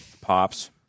Pops